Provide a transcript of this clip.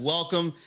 Welcome